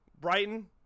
Brighton